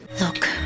Look